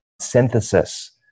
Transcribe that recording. synthesis